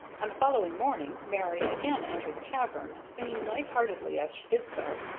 on the following morning mary again entered the cavern, singing light-heartedly as she did so.